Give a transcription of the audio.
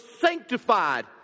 sanctified